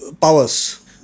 Powers